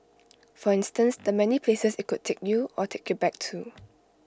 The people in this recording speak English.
for instance the many places IT could take you or take you back to